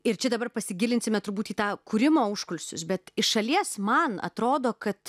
ir čia dabar pasigilinsime turbūt į tą kūrimo užkulisius bet iš šalies man atrodo kad